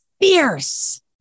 fierce